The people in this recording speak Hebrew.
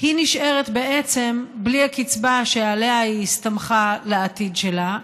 היא נשארת בעצם בלי הקצבה שעליה היא הסתמכה לעתיד שלה,